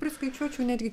priskaičiuočiau netgi